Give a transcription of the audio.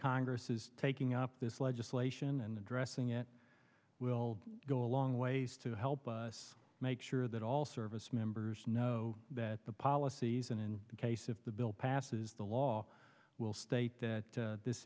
congress is taking up this legislation and addressing it will go a long ways to help us make sure that all service members know that the policies and in the case of the bill passes the law will state that this